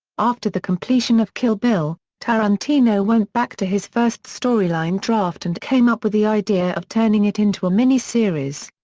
after the completion of kill bill, tarantino went back to his first storyline draft and came up with the idea of turning it into a mini-series.